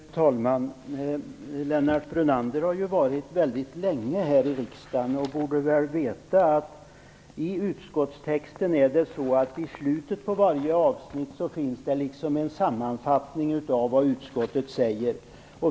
Herr talman! Lennart Brunander har varit väldigt länge i riksdagen och borde veta att det i slutet på varje avsnitt i utskottstexten finns en sammanfattning av vad utskottet säger.